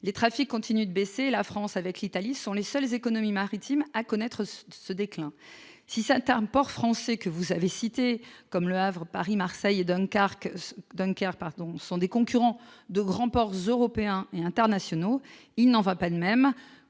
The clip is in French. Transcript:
Les trafics continuent de baisser, la France et l'Italie étant les seules économies maritimes à connaître ce déclin. Si certains ports français que vous avez cités, comme Le Havre, Paris, Marseille et Dunkerque, sont des concurrents de grands ports européens et internationaux, il n'en va pas de même